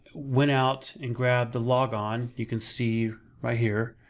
went out and grabbed the logon, you can see right here,